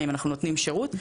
אם אנחנו נותנים שירות.